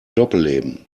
doppelleben